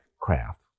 craft